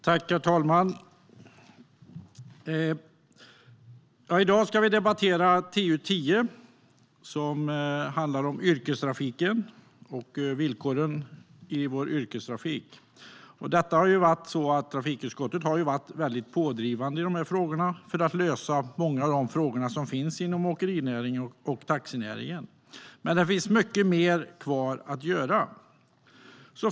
Herr talman! I dag ska vi debattera TU10, som handlar om yrkestrafiken och villkoren där. Trafikutskottet har varit pådrivande i detta för att lösa många av de frågor som finns inom åkerinäringen och taxinäringen. Men det finns mycket kvar att göra.